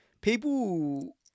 people